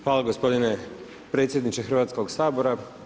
Hvala gospodine predsjedniče Hrvatskog sabora.